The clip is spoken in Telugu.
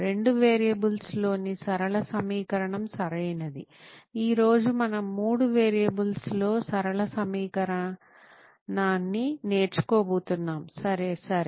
రెండు వేరియబుల్స్ లోని సరళ సమీకరణం సరైనది ఈరోజు మనం మూడు వేరియబుల్స్లో సరళ సమీకరణాన్ని నేర్చుకోబోతున్నాం సరే సరే